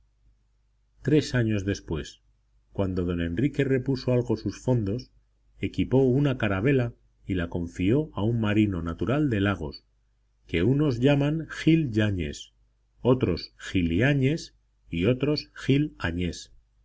tres años después cuando don enrique repuso algo sus fondos equipó una carabela y la confió a un marino natural de lagos que unos llaman gil yañes otros giliañes y otros gil añés